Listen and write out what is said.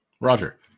Roger